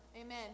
amen